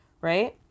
Right